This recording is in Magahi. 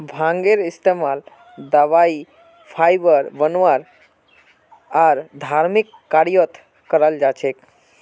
भांगेर इस्तमाल दवाई फाइबर बनव्वा आर धर्मिक कार्यत कराल जा छेक